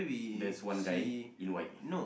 there's one guy in white